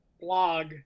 blog